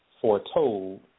foretold